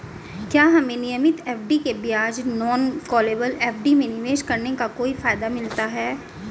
क्या हमें नियमित एफ.डी के बजाय नॉन कॉलेबल एफ.डी में निवेश करने का कोई फायदा मिलता है?